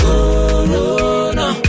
Corona